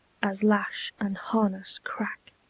as lash and harness crack.